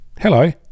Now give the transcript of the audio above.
Hello